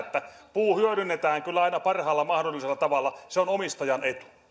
se että puu hyödynnetään kyllä aina parhaalla mahdollisella tavalla on omistajan